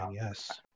yes